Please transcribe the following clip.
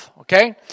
okay